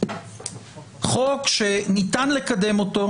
חוק שניתן לקדם אותו,